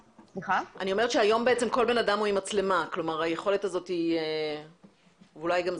כלומר, היכולת הזאת, ואולי גם זה